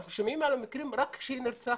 אנחנו שומעים על המקרים רק כשהיא נרצחת.